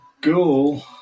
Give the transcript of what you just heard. ghoul